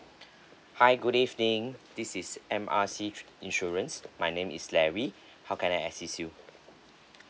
hi good evening this is M R C insurance my name is larry how can I assist you